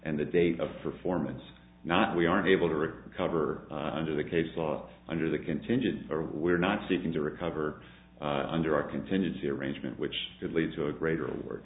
and the date of performance not we are able to recover under the case law under the contingency or we're not seeking to recover under our contingency arrangement which could lead to a greater work